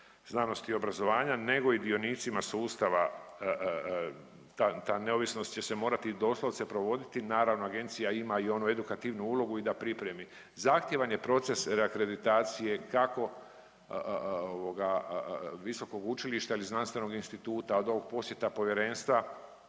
znanosti i obrazovanja, nego i dionicima sustava, ta, ta neovisnost će se morati doslovce provoditi, naravno agencija ima i onu edukativnu ulogu i da pripremi. Zahtjevan je proces reakreditacije kako ovoga visokog učilišta ili znanstvenog instituta, od ovog posjeta povjerenstva